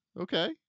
okay